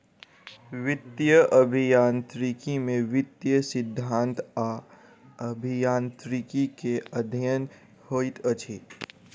वित्तीय अभियांत्रिकी में वित्तीय सिद्धांत आ अभियांत्रिकी के अध्ययन होइत अछि